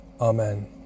Amen